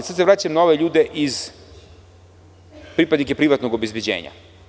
Sada se vraćam na ove ljude, pripadnike privatnog obezbeđenja.